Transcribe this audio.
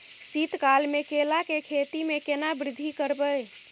शीत काल मे केला के खेती में केना वृद्धि करबै?